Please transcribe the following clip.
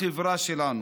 החברה שלנו.